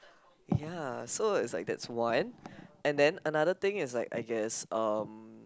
ya so it's like that's one and then another thing is like I guess um